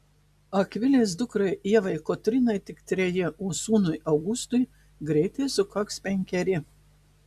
akvilės dukrai ievai kotrynai tik treji o sūnui augustui greitai sukaks penkeri